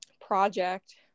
project